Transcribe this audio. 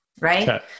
right